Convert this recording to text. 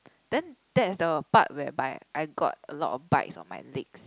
then that is the part whereby I got a lot of bites on my legs